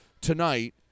tonight